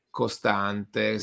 costante